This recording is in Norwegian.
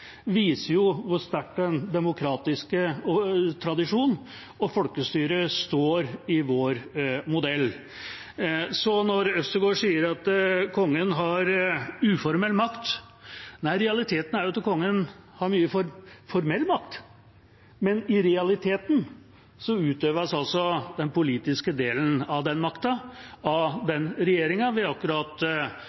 viser hvor sterkt den demokratiske tradisjonen og folkestyret står i vår modell. Øvstegård sier at Kongen har uformell makt. Nei, realiteten er at Kongen har mye formell makt, men i realiteten utøves den politiske delen av den makta av den regjeringa vi akkurat